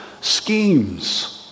schemes